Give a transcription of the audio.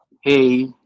Hey